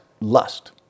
lust